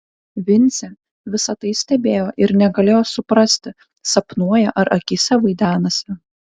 vincė visa tai stebėjo ir negalėjo suprasti sapnuoja ar akyse vaidenasi